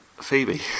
Phoebe